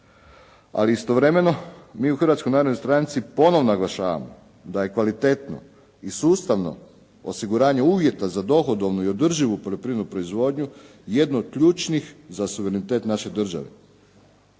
Ali istovremeno mi u Hrvatskoj narodnoj stranci ponovno naglašavamo da je kvalitetno i sustavno osiguranje uvjeta za dohodovnu i održivu poljoprivrednu proizvodnju jedno od ključnih za suverenitet naše države.